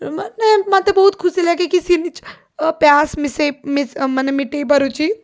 ତ ମୋତେ ମୋତେ ବହୁତ ଖୁସିଲାଗେ କି ସିଏ ନିଜ ପ୍ୟାସ୍ ମିଶେଇ ମାନେ ମିଟେଇ ପାରୁଛି